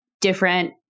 different